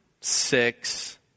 six